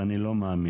ואני לא מאמין,